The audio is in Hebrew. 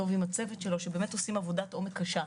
ועם הצוות שלו שבאמת עושים עבודת עומק קשה.